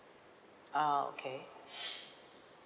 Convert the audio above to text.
ah okay